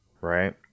right